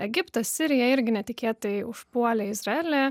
egiptas sirija irgi netikėtai užpuolė izraelį